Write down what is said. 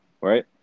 Right